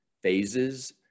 phases